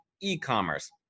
e-commerce